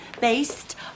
based